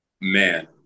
Man